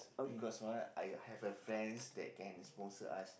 because what I have a friends that can sponsor us